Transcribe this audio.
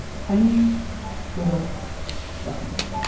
tiny little bugs